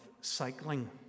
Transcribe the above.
cycling